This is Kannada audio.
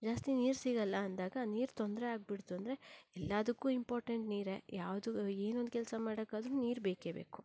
ಜಾಸ್ತಿ ನೀರು ಸಿಗಲ್ಲ ಅಂದಾಗ ನೀರು ತೊಂದ್ರೆಯಾಗ್ಬಿಡ್ತು ಅಂದರೆ ಎಲ್ಲದಕ್ಕೂ ಇಂಪಾರ್ಟೆಂಟ್ ನೀರೇ ಯಾವುದೂ ಏನೊಂದು ಕೆಲಸ ಮಾಡೋಕ್ಕಾದ್ರೂ ನೀರು ಬೇಕೇ ಬೇಕು